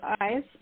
eyes